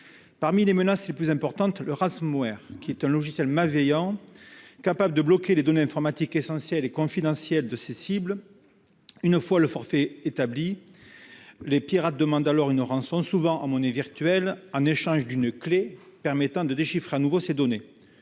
Parmi les menaces les plus importantes, figure le, qui est un logiciel malveillant capable de bloquer les données informatiques essentielles et confidentielles de ses cibles. Une fois le forfait accompli, les pirates demandent une rançon, souvent en monnaie virtuelle, en échange d'une clé permettant de déchiffrer de nouveau ces données.